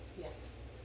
Yes